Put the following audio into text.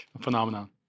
phenomenon